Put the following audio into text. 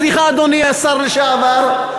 סליחה, אדוני השר לשעבר.